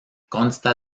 consta